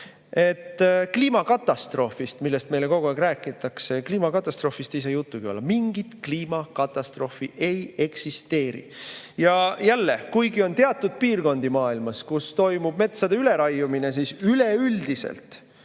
Kliimakatastroofist, millest meile kogu aeg räägitakse, ei saa juttugi olla. Mingit kliimakatastroofi ei eksisteeri! Ja jälle, kuigi on teatud piirkondi maailmas, kus toimub metsade üleraiumine, siis üleüldiselt